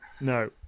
No